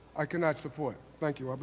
i cannot support it. thank you, but